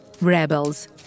Rebels